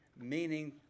Meaning